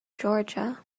georgia